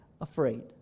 afraid